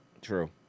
True